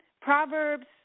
Proverbs